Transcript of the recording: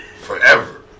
forever